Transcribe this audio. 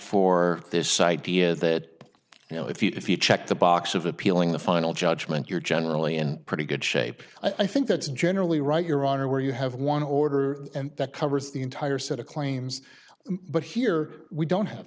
for this site via that you know if you check the box of appealing the final judgment you're generally in pretty good shape i think that's generally right your honor where you have one order that covers the entire set of claims but here we don't have